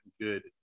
good